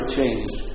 change